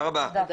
הישיבה